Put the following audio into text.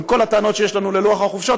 עם כל הטענות שיש לנו ללוח החופשות,